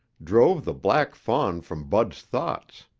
drove the black fawn from bud's thoughts.